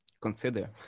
consider